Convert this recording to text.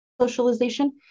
socialization